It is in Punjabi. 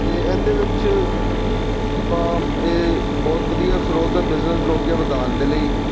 ਅਤੇ ਇਹਦੇ ਵਿੱਚ ਆਪਾਂ ਇਹ ਬਹੁਤ ਵਧੀਆ ਸਰੋਤ ਬਿਜ਼ਨਸ ਨੂੰ ਅੱਗੇ ਵਧਾਉਣ ਦੇ ਲਈ